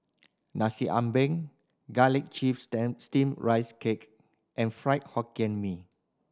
Nasi Ambeng garlic chives Steamed Rice Cake and Fried Hokkien Mee